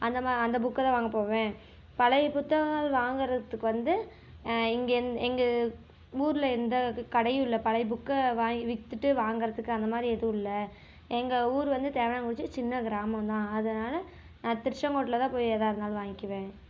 அந்தமா அந்த புக்கை தான் வாங்கப் போவேன் பழைய புத்தகங்கள் வாங்கிறதுக்கு வந்து இங்கேருந்து எங்கள் ஊரில் எந்த கடையும் இல்லை பழைய புக்கை வாங்கி விற்றுட்டு வாங்கிறதுக்கு அந்தமாதிரி எதுவும் இல்லை எங்கள் ஊர் வந்து தேவனாங்குறிச்சி சின்ன கிராமம்தான் அதனால் நான் திருச்செங்கோட்டில் தான் போய் எதாக இருந்தாலும் வாங்கிக்குவேன்